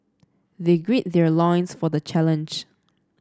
they gird their loins for the challenge